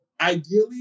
ideally